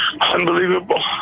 Unbelievable